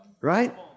right